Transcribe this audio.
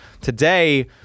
Today